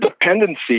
dependency